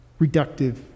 reductive